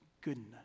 goodness